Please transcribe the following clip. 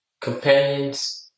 companions